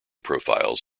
profiles